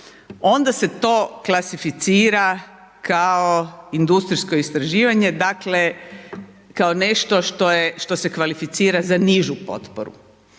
onda se to klasificira kao industrijsko istraživanje dakle kao nešto što se kvalificira za nižu potporu.